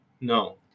No